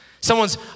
Someone's